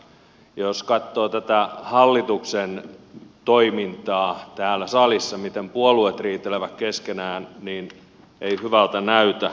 jos katsoo tätä hallituksen toimintaa täällä salissa miten puolueet riitelevät keskenään niin ei hyvältä näytä